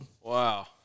Wow